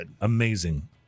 Amazing